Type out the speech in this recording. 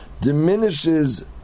diminishes